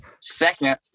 Second